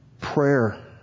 prayer